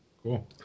Cool